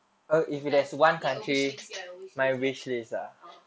like like a wish list ya wish list like ah